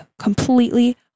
completely